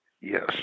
Yes